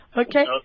Okay